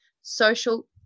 social